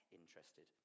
interested